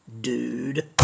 dude